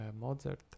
Mozart